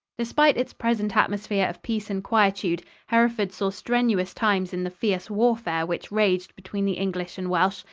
despite its present atmosphere of peace and quietude, hereford saw strenuous times in the fierce warfare which raged between the english and welsh,